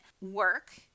work